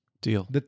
Deal